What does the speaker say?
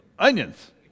onions